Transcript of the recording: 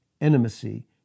intimacy